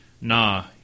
nah